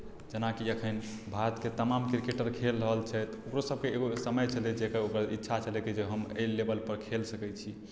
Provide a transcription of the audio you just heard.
जेनाकि एखन भारतके तमाम क्रिकेटर खेल रहल छथि ओकरो सभकेँ एगो समय छलै जकर ओकर इच्छा छलै जे हम एहि लेवलपर खेल सकैत छी